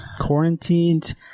quarantined